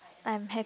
I'm hap~